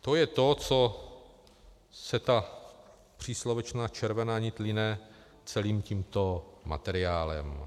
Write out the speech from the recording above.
To je to, co se ta příslovečná červená nit line celým tímto materiálem.